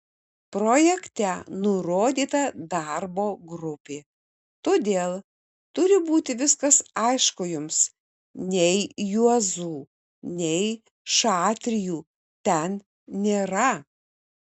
projekte nurodyta darbo grupė todėl turi būti viskas aišku jums nei juozų nei šatrijų ten nėra